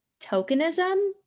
tokenism